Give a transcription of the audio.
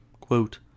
Quote